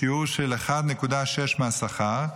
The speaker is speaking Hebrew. בשיעור של 1.6% מהשכר,